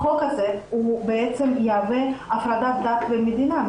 החוק הזה הוא בעצם יהווה הפרדת דת ומדינה,